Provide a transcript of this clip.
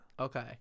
Okay